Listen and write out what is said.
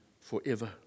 forever